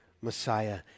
Messiah